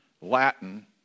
Latin